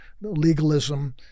legalism